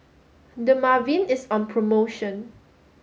Dermaveen is on promotion